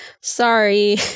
sorry